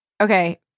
okay